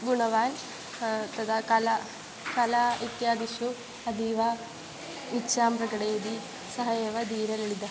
गुणवान् तदा कला कला इत्यादिषु अतीव इच्छां प्रकटयति सः एव दीरललितः